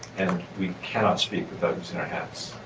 and we cannot speak without losing our hats.